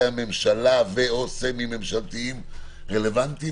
הממשלה ו/או סמי ממשלתיים רלוונטיים,